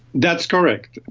that's correct.